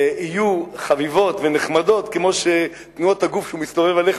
יהיו חביבות ונחמדות כמו תנועות הגוף כשהוא מסתובב אליך